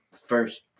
first